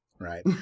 Right